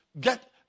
get